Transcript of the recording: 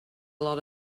lot